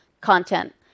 content